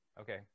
Okay